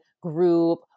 group